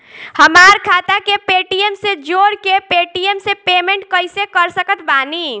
हमार खाता के पेटीएम से जोड़ के पेटीएम से पेमेंट कइसे कर सकत बानी?